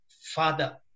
Father